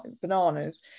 bananas